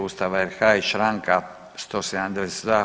Ustava RH i Članka 172.